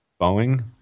Boeing